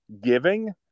giving